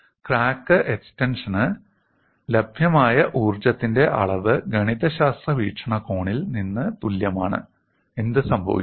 crack എക്സ്റ്റൻഷന് ലഭ്യമായ ഊർജ്ജത്തിന്റെ അളവ് ഗണിതശാസ്ത്ര വീക്ഷണകോണിൽ നിന്ന് തുല്യമാണ് എന്ത് സംഭവിക്കും